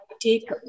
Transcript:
take